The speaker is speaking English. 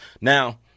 Now